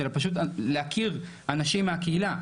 אלא פשוט להכיר אנשים מהקהילה,